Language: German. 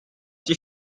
sich